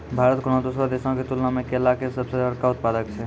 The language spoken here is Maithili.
भारत कोनो दोसरो देशो के तुलना मे केला के सभ से बड़का उत्पादक छै